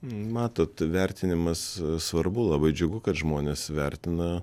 matot vertinimas svarbu labai džiugu kad žmonės vertina